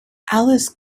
alice